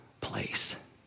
place